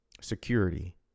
security